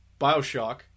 Bioshock